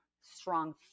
strong